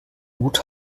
mut